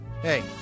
Hey